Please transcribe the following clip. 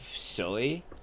silly